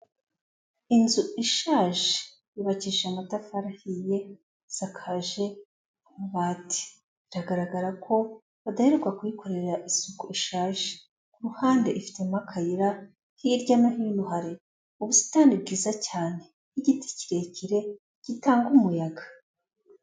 Inzu ishaje yubakisha amatafari ahiye, isakaje amabati, biragaragara ko badaheruka kuyikorera isuku ishaje, ku ruhande ifitemo akayira, hirya no hino hari ubusitani bwiza cyane, igiti kirekire, gitanga umuyaga.